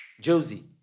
Josie